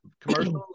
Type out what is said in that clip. commercials